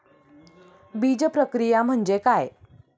बीजप्रक्रिया म्हणजे काय?